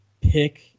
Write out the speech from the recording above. pick